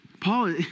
Paul